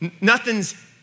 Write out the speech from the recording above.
Nothing's